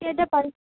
கேட்டால் படி